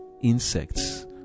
insects